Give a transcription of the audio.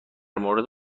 مورد